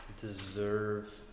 deserve